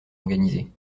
organisés